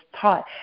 taught